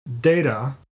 data